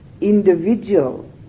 individual